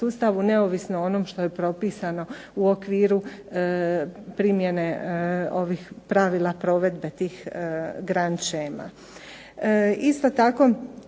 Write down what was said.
neovisno o onom što je propisano u okviru primjene ovih pravila provedbe tih grand shema.